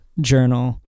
journal